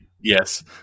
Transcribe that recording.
Yes